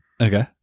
Okay